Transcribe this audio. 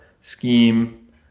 scheme